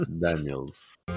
daniels